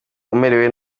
umerewe